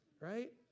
right